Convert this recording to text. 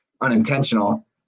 unintentional